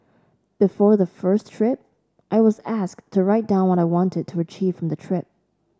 before the first trip I was asked to write down what I wanted to achieve from the trip